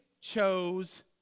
chose